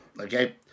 okay